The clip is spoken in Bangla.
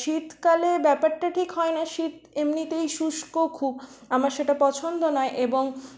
শীতকালে ব্যাপারটা ঠিক হয় না শীত এমনিতেই শুষ্ক খুব আমার সেটা পছন্দ নয় এবং